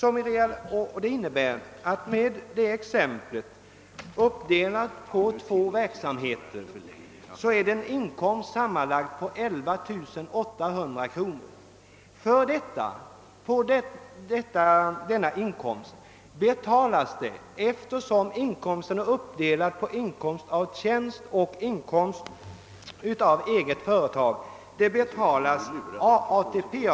I det anförda exemplet med en sammanlagd inkomst på 11 800 kronor betalas en ATP avgift på 9867 kronor, eftersom inkomsten är uppdelad på inkomst av tjänst och inkomst av eget företag.